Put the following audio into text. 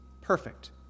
perfect